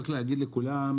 צריך להבין,